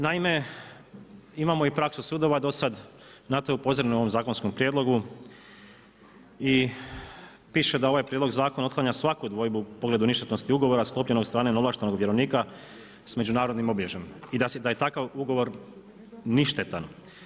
Naime, imamo i praksu sudova do sad, na to je upozoreno u ovom zakonskom prijedlogu i piše da ovaj prijedlog zakona otklanja svaku dvojbu u pogledu ništetnosti ugovora sklopljenog od strane neovlaštenog vjerovnika s međunarodnim obilježjem i da je takav ugovor ništetan.